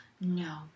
No